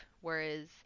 Whereas